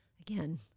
again